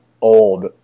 old